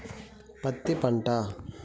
పత్తి పంట